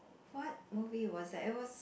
what movie was that it was